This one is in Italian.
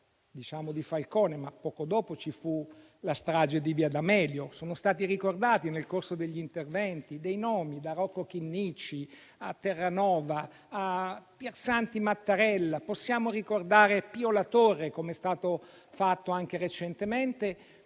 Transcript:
memoria di Falcone - poco dopo, ci fu la strage di via D'Amelio e sono stati ricordati nel corso degli interventi dei nomi, da Rocco Chinnici a Terranova a Piersanti Mattarella, e possiamo ricordare Pio La Torre, come è stato fatto anche recentemente